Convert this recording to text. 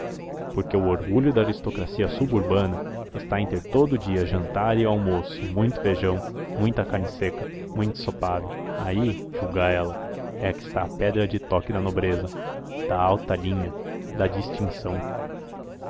porque o orgulho da aristocracia suburbana está em ter todo o dia jantar e almoço muito feijão muita carne-seca muito ensopado aí julga ela é que está a pedra de toque da nobreza da alta linha da distinção